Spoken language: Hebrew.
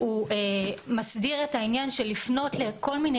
הוא מסדיר את העניין של לפנות לכל מיני